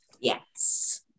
Yes